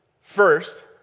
First